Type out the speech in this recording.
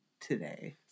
today